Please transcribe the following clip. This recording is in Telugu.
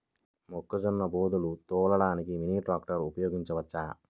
మొక్కజొన్న బోదెలు తోలడానికి మినీ ట్రాక్టర్ ఉపయోగించవచ్చా?